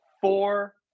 four